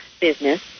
business